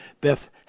Beth